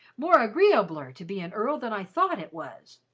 more agreeabler to be an earl than i thought it was.